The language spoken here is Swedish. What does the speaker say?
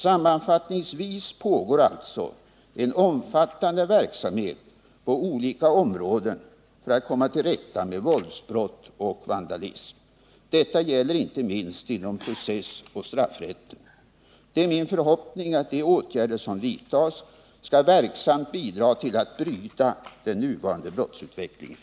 Sammanfattningsvis pågår alltså en omfattande verksamhet på olika områden för att komma till rätta med våldsbrott och vandalism. Detta gäller inte minst inom processoch straffrätten. Det är min förhoppning att de åtgärder som vidtas verksamt skall bidra till att bryta den nuvarande brottsutvecklingen.